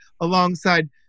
alongside